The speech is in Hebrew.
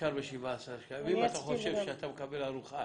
אפשר ב-17 שקלים ואם אתה חושב שאתה מקבל ארוחה